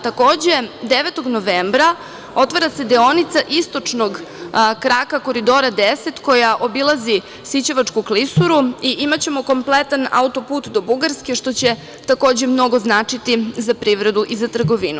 Takođe, 9. novembra otvara se deonica istočnog kraka Koridora 10 koja obilazi Sićevačku klisuru i imaćemo kompletan autoput do Bugarske, što će takođe mnogo značiti za privredu i za trgovinu.